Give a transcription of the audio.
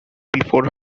before